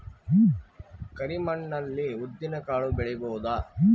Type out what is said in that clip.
ಕರಿ ಮಣ್ಣ ಅಲ್ಲಿ ಉದ್ದಿನ್ ಕಾಳು ಬೆಳಿಬೋದ?